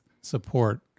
support